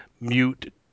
mute